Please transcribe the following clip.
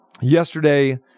yesterday